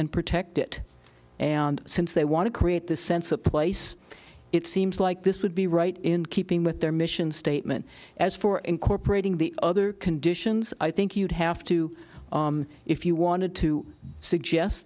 and protect it and since they want to create the sense of place it seems like this would be right in keeping with their mission statement as for incorporating the other conditions i think you'd have to if you wanted to suggest